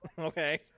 okay